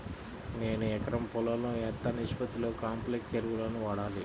నేను ఎకరం పొలంలో ఎంత నిష్పత్తిలో కాంప్లెక్స్ ఎరువులను వాడాలి?